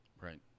right